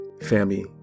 family